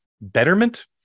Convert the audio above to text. betterment